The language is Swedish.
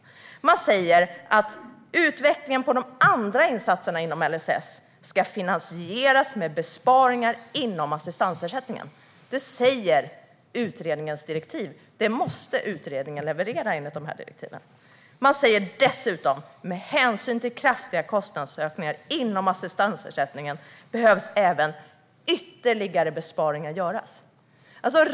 Utredningens direktiv säger att utvecklingen på de andra insatserna inom LSS ska finansieras med besparingar inom assistansersättningen, så det måste utredningen leverera. Man säger dessutom att med hänsyn till kraftiga kostnadsökningar inom assistansersättningen behöver även ytterligare besparingar göras.